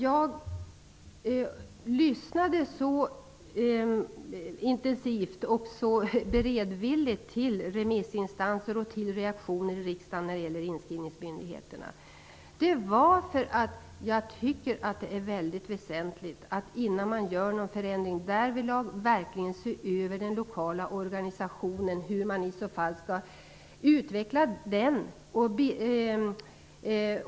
Jag lyssnade så intensivt och beredvilligt på remissinstanserna och reaktionerna i riksdagen när det gäller inskrivningsmyndigheterna, därför att jag tycker att det är väsentligt att utvecklingen av den lokala organisationen ses över innan en förändring görs därvidlag.